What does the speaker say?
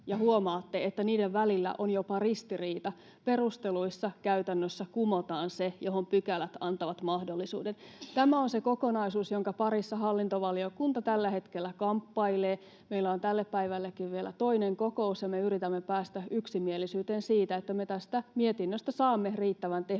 huomaatte, että niiden välillä on jopa ristiriita: perusteluissa käytännössä kumotaan se, johon pykälät antavat mahdollisuudet. Tämä on se kokonaisuus, jonka parissa hallintovaliokunta tällä hetkellä kamppailee. Meillä on tällekin päivälle vielä toinen kokous, ja me yritämme päästä yksimielisyyteen siitä, että me tästä mietinnöstä saamme riittävän tehokkaan,